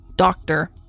Doctor